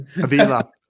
Avila